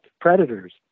predators